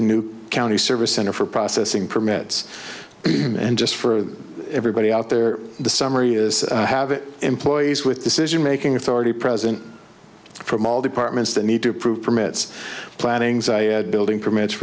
the new county service center for processing permits and just for everybody out there the summary is have it employees with decision making authority president from all departments that need to prove permits planning ziad building permits